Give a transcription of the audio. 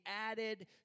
added